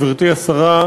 גברתי השרה,